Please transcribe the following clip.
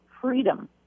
freedom